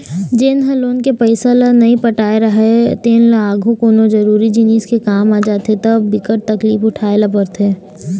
जेन ह लोन के पइसा ल नइ पटाए राहय तेन ल आघु कोनो जरुरी जिनिस के काम आ जाथे त बिकट तकलीफ उठाए ल परथे